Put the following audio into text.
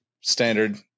standard